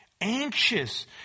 Anxious